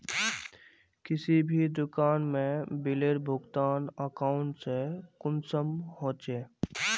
किसी भी दुकान में बिलेर भुगतान अकाउंट से कुंसम होचे?